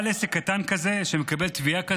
בעל עסק קטן כזה שמקבל תביעה כזאת,